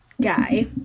guy